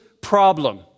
problem